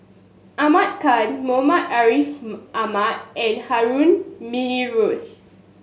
Ahmad Khan Muhammad Ariff Ahmad and Harun Aminurrashid